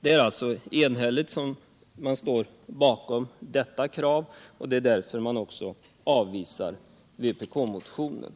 Det är alltså enhälligt som man står bakom detta krav, och det är därför man också avvisar vpk-motionen.